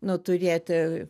nu turėti